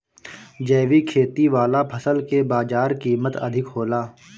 जैविक खेती वाला फसल के बाजार कीमत अधिक होला